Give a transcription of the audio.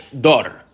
daughter